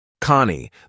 Connie